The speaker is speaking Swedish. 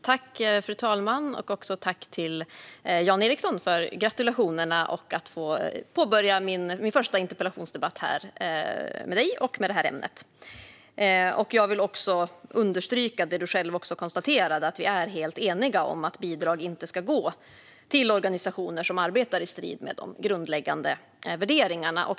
Fru talman! Ett tack till Jan Ericson för gratulationerna och för att jag får påbörja min första interpellationsdebatt med honom i detta ämne! Jag vill också understryka det Jan Ericson själv konstaterade, nämligen att vi är helt eniga om att bidrag inte ska gå till organisationer som arbetar i strid med grundläggande värderingar.